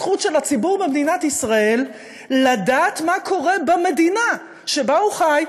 הזכות של הציבור במדינת ישראל לדעת מה קורה במדינה שבה הוא חי,